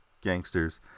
gangsters